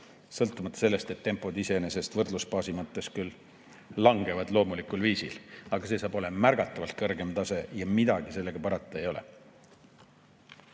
sõltumata sellest, et tempod iseenesest võrdlusbaasi mõttes küll langevad loomulikul viisil, aga see saab olema märgatavalt kõrgem tase ja midagi parata ei ole.